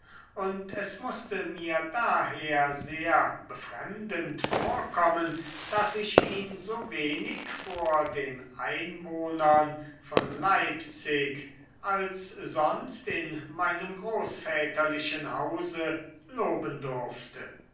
und es mußte mir daher sehr befremdend vorkommen daß ich ihn so wenig vor den einwohnern von leipzig als sonst in meinem großväterlichen hause loben durfte